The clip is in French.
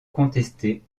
contestée